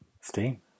Steam